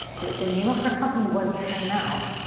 so, if the name of her company was timeout,